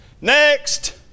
next